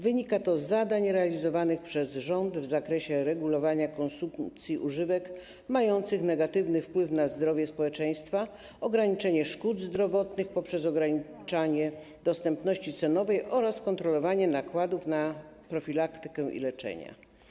Wynika to z zadań realizowanych przez rząd w zakresie regulowania konsumpcji używek mających negatywny wpływ na zdrowie społeczeństwa, zmniejszenie szkód zdrowotnych poprzez ograniczanie dostępności cenowej oraz kontrolowanie nakładów na profilaktykę i leczenie.